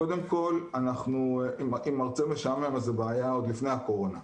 קודם כל אם מרצה משעמם אז זו בעיה עוד לפני הקורונה,